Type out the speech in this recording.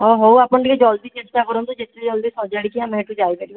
ହଁ ହଉ ଆପଣ ଟିକେ ଜଲ୍ଦି ଚେଷ୍ଟା କରନ୍ତୁ ଯେତେ ଜଲଦି ସଜାଡ଼ିକି ଆମେ ଏଇଠୁ ଯାଇପାରିବା ସେହିଭଳିଆ ଟିକେ ଚେଷ୍ଟା